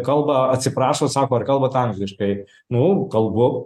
kalba atsiprašo sako ar kalbat angliškai nu kalbu